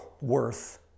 worth